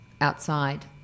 outside